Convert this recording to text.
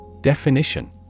Definition